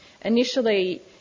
Initially